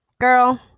girl